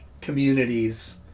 communities